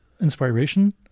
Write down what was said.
inspiration